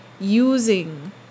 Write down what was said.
using